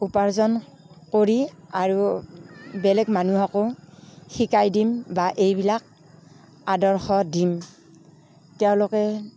উপাৰ্জন কৰি আৰু বেলেগ মানুহকো শিকাই দিম বা এইবিলাক আদৰ্শ দিম তেওঁলোকে